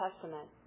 testament